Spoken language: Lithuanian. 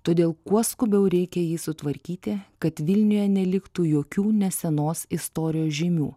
todėl kuo skubiau reikia jį sutvarkyti kad vilniuje neliktų jokių nesenos istorijos žymių